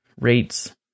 rates